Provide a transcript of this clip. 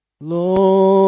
Lord